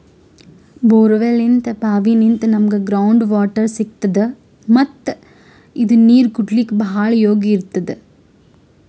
ಬೋರ್ವೆಲ್ನಿಂತ್ ಭಾವಿನಿಂತ್ ನಮ್ಗ್ ground water ಸಿಗ್ತದ ಮತ್ತ್ ಇದು ನೀರ್ ಕುಡ್ಲಿಕ್ಕ್ ಭಾಳ್ ಯೋಗ್ಯ್ ಇರ್ತದ್